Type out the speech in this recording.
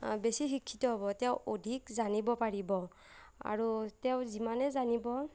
বেছি শিক্ষিত হ'ব তেওঁ অধিক জানিব পাৰিব আৰু তেওঁ যিমানে জানিব